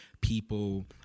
people